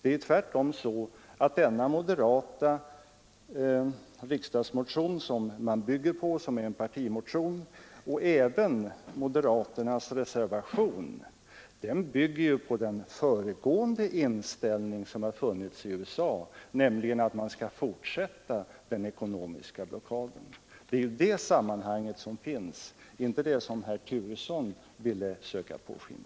Tvärtom är det så att den moderata riksdagsmotion som det här gäller — och som är en partimotion — liksom även moderaternas reservation bygger på den föregående inställningen i USA att man skall fortsätta den ekonomiska blockaden. Det är det sammanhanget som finns, inte det som herr Turesson senast ville låta påskina.